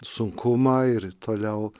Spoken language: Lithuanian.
sunkumą ir toliau